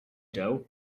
dough